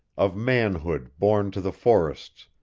of manhood born to the forests,